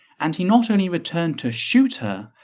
and he not only returned to shoot her,